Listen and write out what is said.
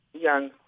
young